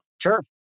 Sure